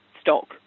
stock